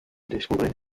descubre